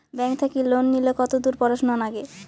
Bank থাকি loan নিলে কতদূর পড়াশুনা নাগে?